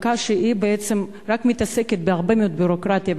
מחלקה שהיא בעצם רק מתעסקת בהרבה מאוד ביורוקרטיה,